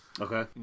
Okay